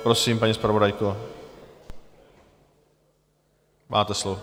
Prosím, paní zpravodajko, máte slovo.